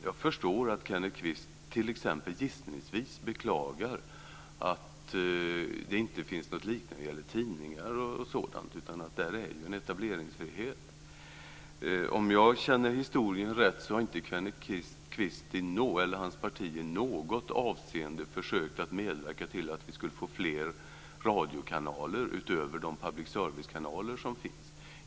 Jag förstår att Kenneth Kvist t.ex., gissningsvis, beklagar att det inte finns något liknande när det gäller tidningar och sådant. Där är det en etableringsfrihet. Om jag känner historien rätt har inte Kenneth Kvist eller hans parti i något avseende försökt att medverka till att vi skulle få fler radiokanaler utöver de public service-kanaler som finns.